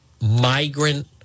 migrant